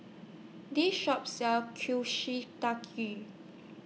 This Shop sells